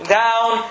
down